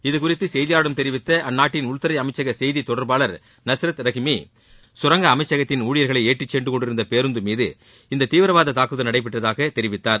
இது குறித்து செய்தியாளர்களிடம் தெரிவித்த அந்நாட்டின் உள்துறை அமைச்சக செய்தி தொடர்பாளர் நஸ்ரத் சுரங்க அமைசகத்தின் ஊழியர்களை ஏற்றிச் சென்று கொண்டிருந்த பேருந்து இந்த தீவிரவாத ரஹீமி தாக்குதல் நடைபெற்றதாக தெரிவித்தார்